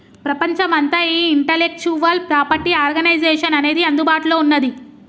ప్రపంచమంతా ఈ intellectual property organization అనేది అందుబాటులో ఉన్నది